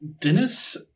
Dennis